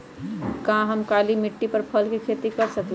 का हम काली मिट्टी पर फल के खेती कर सकिले?